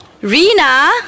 Rina